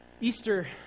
Easter